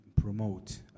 promote